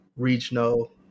Regional